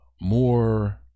more